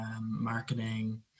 marketing